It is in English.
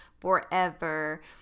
forever